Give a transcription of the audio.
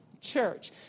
church